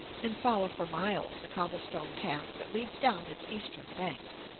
and follow for miles a cobble-stone path that leads down its eastern bank.